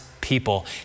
people